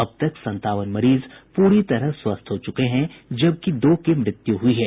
अब तक संतावन मरीज पूरी तरह स्वस्थ हो चुके हैं जबकि दो की मृत्यु हुई है